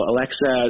Alexa